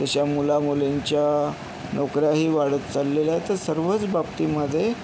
तशा मुलामुलींच्या नोकऱ्याही वाढत चाललेल्या आहे तर सर्वच बाबतीमध्ये